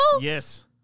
Yes